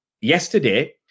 yesterday